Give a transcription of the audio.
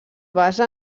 basa